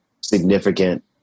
significant